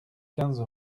quinze